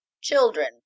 Children